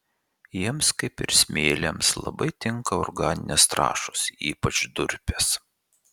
jiems kaip ir smėliams labai tinka organinės trąšos ypač durpės